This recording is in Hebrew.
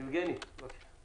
יבגני, בבקשה.